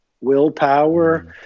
Willpower